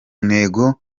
ntego